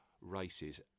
races